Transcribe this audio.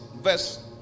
verse